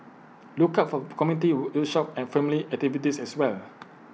look out for community workshops and family activities as well